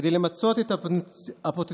כדי למצות את הפוטנציאל,